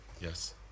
yes